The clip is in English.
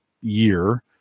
year